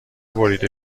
بریده